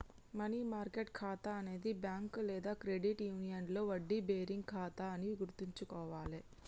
money market ఖాతా అనేది bank లేదా క్రెడిట్ యూనియన్లో వడ్డీ బేరింగ్ ఖాతా అని గుర్తుంచుకోవాలే